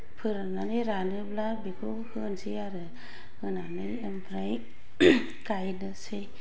फोराननानै रानोब्ला बेखौ होनोसै आरो होनानै ओमफ्राय गायनोसै